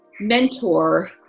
mentor